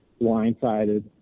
blindsided